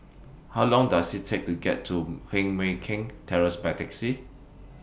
How Long Does IT Take to get to Heng Mui Keng Terrace By Taxi